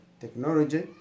technology